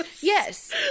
Yes